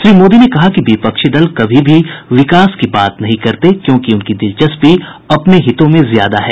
श्री मोदी ने कहा कि विपक्षी दल कभी भी विकास की बात नहीं करते क्योंकि उनकी दिलचस्पी अपने हितों में ज्यादा है